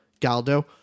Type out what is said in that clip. Galdo